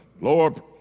Lord